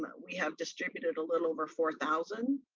but we have distributed a little over four thousand,